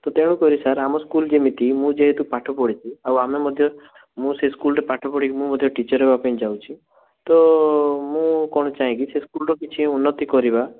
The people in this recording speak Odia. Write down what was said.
ତ ତେଣୁକରି ସାର୍ ଆମ ସ୍କୁଲ୍ ଯେମିତି ମୁଁ ଯେହେତୁ ପାଠ ପଢ଼ିଛି ଆଉ ଆମେ ମଧ୍ୟ ମୁଁ ସେ ସ୍କୁଲ୍ରେ ପାଠ ପଢ଼ିକି ମୁଁ ମଧ୍ୟ ଟିଚର୍ ହେବାକୁ ଯାଉଛି ତ ମୁଁ କ'ଣ ଚାହେଁ କି ସେ ସ୍କୁଲ୍ର କିଛି ଉନ୍ନତି କରିବା